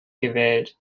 gewählt